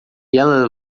ela